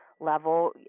level